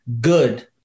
good